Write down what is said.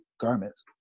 garments